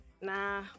nah